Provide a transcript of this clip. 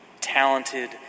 talented